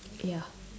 ya